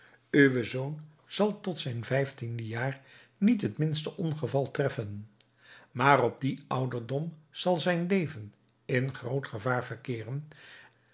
uwen zoon zal tot zijn vijftiende jaar niet het minste ongeval treffen maar op dien ouderdom zal zijn leven in groot gevaar verkeeren